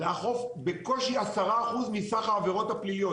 לאכוף בקושי 10% מסך העבירות הפליליות.